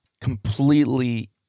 completely